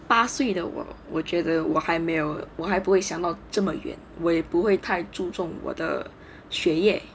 八岁的我我觉得我还没有我还不会想到这么远为我也不会太注重我的学业